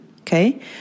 okay